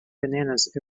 bananas